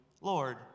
Lord